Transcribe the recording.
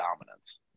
dominance